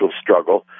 struggle